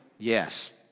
Yes